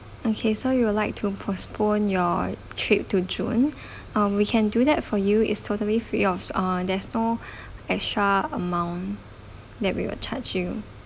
okay so you would like to postpone your trip to june uh we can do that for you it's totally free of uh there's no extra amount that we will charge you